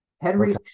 Henry